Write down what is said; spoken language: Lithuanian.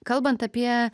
kalbant apie